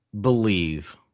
believe –